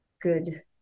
good